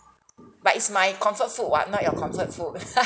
but it's my comfort food [what] not your comfort food